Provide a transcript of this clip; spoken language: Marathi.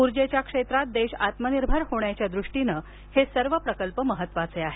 उर्जेच्या क्षेत्रात देश आत्मनिर्भर होण्याच्या दृष्टीने हे सर्व प्रकल्प महत्त्वाचे आहेत